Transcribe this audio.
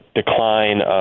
decline